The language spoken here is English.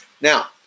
Now